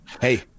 Hey